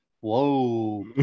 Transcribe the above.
whoa